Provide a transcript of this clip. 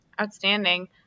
Outstanding